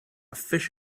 fish